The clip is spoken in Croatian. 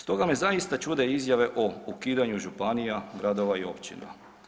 Stoga me zaista čude izjave o ukidanju županija, gradova i općina.